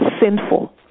sinful